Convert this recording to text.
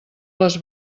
les